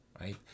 Right